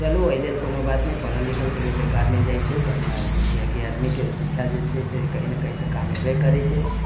आओर चलू अइ लेल कोनो बात नहि पढ़ल लिखल कहियो बेकार नहि जाइ छै किएक कि आदमीके शिक्षा जे छै से कहीं ने कहीं तऽ काम अयबे करै छै